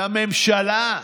לממשלה: